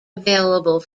available